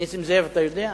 נסים זאב, אתה יודע?